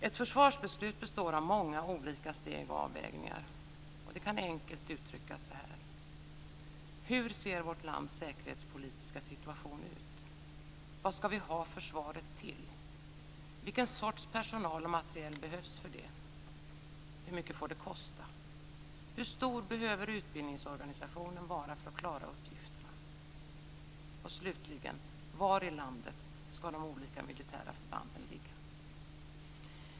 Ett försvarsbeslut består av många olika steg och avvägningar, och det kan enkelt uttryckas så här: Hur ser vårt lands säkerhetspolitiska situation ut? Vad ska vi ha försvaret till? Vilken sorts personal och materiel behövs för det? Hur mycket får det kosta? Hur stor behöver utbildningsorganisationen vara för att klara uppgifterna? Och slutligen: Var i landet ska de olika militära förbanden ligga?